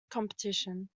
competition